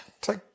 Take